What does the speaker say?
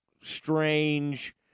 strange